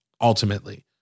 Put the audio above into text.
ultimately